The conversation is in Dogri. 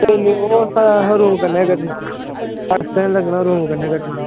नेईं नेईं ओह् असें रूम कन्नै ही करना ऐक्स्ट्रा नी लग्गना रूम कन्नै कट्टना